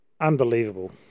unbelievable